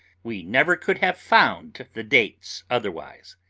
we never could have found the dates otherwise.